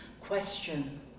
question